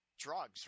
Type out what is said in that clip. drugs